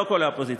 לא כל האופוזיציה.